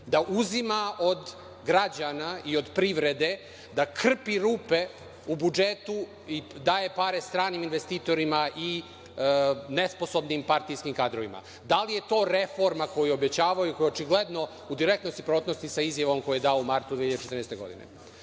da uzima od građana i od privrede, da krpi rupe u budžetu i da daju pare stranim investitorima i nesposobnim partijskim kadrovima? Da li je to reforma koju je obećavao i koja je očigledno u direktnoj suprotnosti sa izjavom koju je dao u martu 2014. godine? Drugo